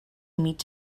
mig